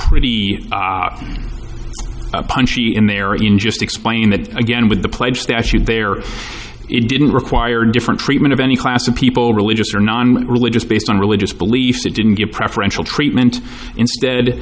pretty punchy in there in just explaining that again with the pledge statute there it didn't require different treatment of any class of people religious or non religious based on religious beliefs it didn't get preferential treatment instead